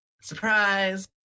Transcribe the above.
surprise